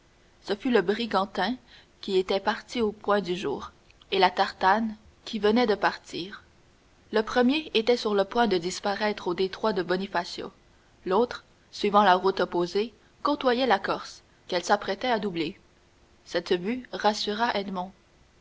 ce fut le brigantin qui était parti au point du jour et la tartane qui venait de partir le premier était sur le point de disparaître au détroit de bonifacio l'autre suivant la route opposée côtoyait la corse qu'elle s'apprêtait à doubler cette vue rassura